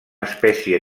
espècie